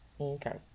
Okay